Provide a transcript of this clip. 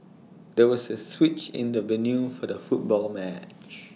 there was A switch in the venue for the football match